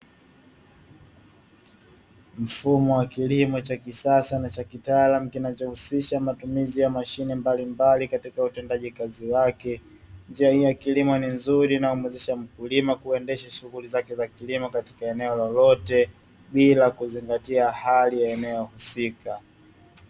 Mfumo wa kilimo cha kisasa na cha kitaalamu, kinachohusisha matumizi ya mashine mbalimbali katika utendaji kazi wake. Njia hii ya kilimo ni nzuri na inamwezesha mkulima kuendesha shughuli zake za kilimo katika eneo lolote, bila kuzingatia hali ya eneo husika.